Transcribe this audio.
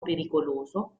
pericoloso